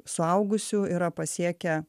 suaugusių yra pasiekę